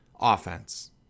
offense